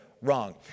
wrong